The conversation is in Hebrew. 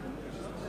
אדוני היושב-ראש,